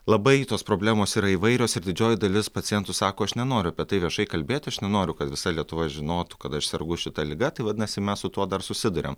labai tos problemos yra įvairios ir didžioji dalis pacientų sako aš nenoriu apie tai viešai kalbėti aš nenoriu kad visa lietuva žinotų kad aš sergu šita liga tai vadinasi mes su tuo dar susiduriam